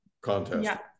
contest